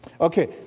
Okay